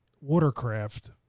watercraft